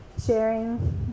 sharing